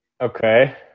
Okay